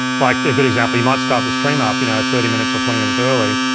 like, a good example, you might start the stream up, you know, thirty minutes or twenty minutes early,